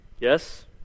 yes